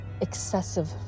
excessive